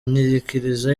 nyikirizo